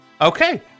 okay